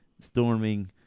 storming